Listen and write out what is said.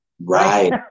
Right